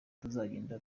tuzagenda